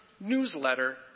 newsletter